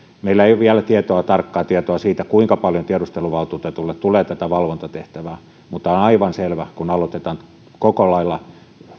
meillä ei ole vielä tarkkaa tietoa siitä kuinka paljon tiedusteluvaltuutetulle tulee tätä valvontatehtävää mutta on aivan selvä kun aloitetaan koko lailla